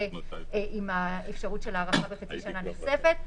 עם האפשרות של הארכה בחצי שנה נוספת.